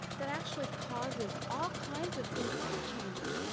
that actually causes all kinds of internal changes,